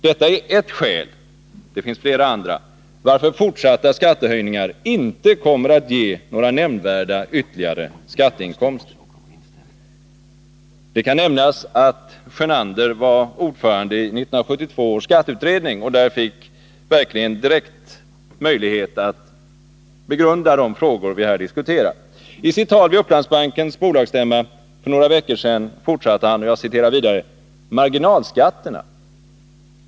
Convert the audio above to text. Detta är ett skäl — det finns flera andra — varför fortsatta skattehöjningar inte kommer att ge några nämnvärda ytterligare skatteinkomster.” Det kan nämnas att Sjönander var ordförande i 1972 års skatteutredning och där verkligen fick direkt möjlighet att begrunda de frågor vi här diskuterar. I sitt tal vid Uplandsbankens bolagsstämma för några veckor sedan fortsatte Sjönander: ”Marginalskatterna.